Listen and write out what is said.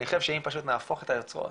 אני חושב שאם פשוט נהפוך את היוצרות